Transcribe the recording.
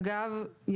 אגב,